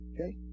Okay